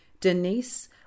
Denise